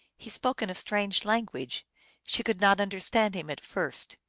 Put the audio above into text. he spoke in a strange language she could not understand him at first.